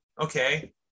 Okay